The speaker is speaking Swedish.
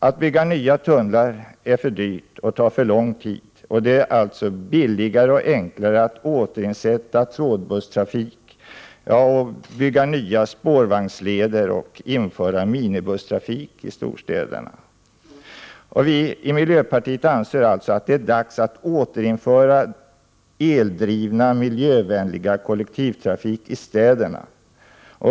Att bygga nya tunnlar är för dyrt och tar för lång tid. Det är billigare och enklare att återinsätta trådbusstrafiken, bygga nya spårvagnsleder och införa minibusstrafik i storstäderna. Vi i miljöpartiet anser alltså att det är dags att återinföra eldriven miljövänlig kollektivtrafik i städerna.